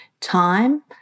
time